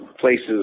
places